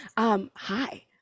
Hi